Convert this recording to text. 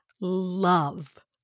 love